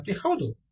ವಿದ್ಯಾರ್ಥಿ ಹೌದು